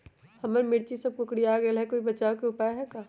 हमर मिर्ची सब कोकररिया गेल कोई बचाव के उपाय है का?